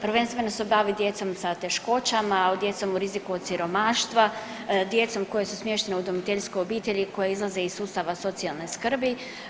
Prvenstveno se bavi djecom sa teškoćama, djecom u riziku od siromaštva, djecom koja su smještena u udomiteljsku obitelj koje izlaze iz sustava socijalne skrbi.